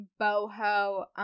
boho